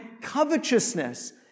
covetousness